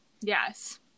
Yes